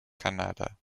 canada